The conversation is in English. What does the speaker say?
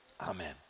amen